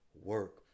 work